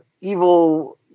evil